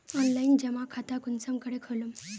Online जमा खाता कुंसम करे खोलूम?